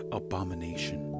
abomination